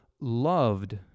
loved